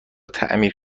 تعمیر